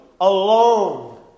alone